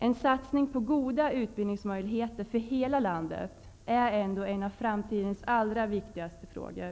En satsning på goda utbildningsmöjligheter för hela landet är ändå en av framtidens allra viktigaste frågor.